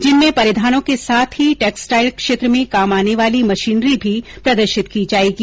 जिनमें परिधानों के साथ ही टैक्सटाइल क्षेत्र में काम आने वाली मशीनरी भी प्रदर्शित की जाएगी